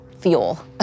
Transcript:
fuel